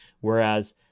whereas